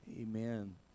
Amen